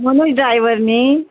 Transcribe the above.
Manoj driver न्ही